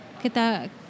kita